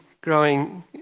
growing